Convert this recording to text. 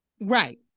Right